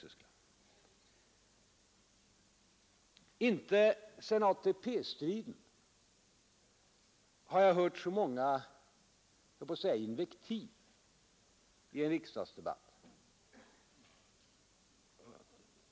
Inte sedan ATP-striden har jag hört så många invektiv i en riksdagsdebatt.